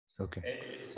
Okay